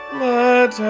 let